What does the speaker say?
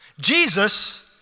Jesus